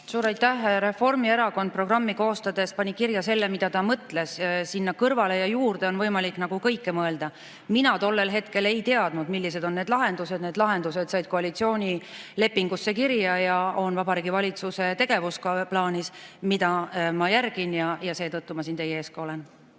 Suur aitäh! Reformierakond programmi koostades pani kirja selle, mida ta mõtles. Sinna kõrvale ja juurde on võimalik kõike mõelda. Mina tollel hetkel ei teadnud, millised on need lahendused. Need lahendused said koalitsioonilepingusse kirja ja on Vabariigi Valitsuse tegevusplaanis, mida ma järgin, ja seetõttu ma siin teie ees ka olen.